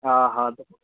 हा हा